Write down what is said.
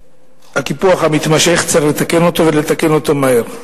שהקיפוח המתמשך צריך לתקן אותו, ולתקן אותו מהר.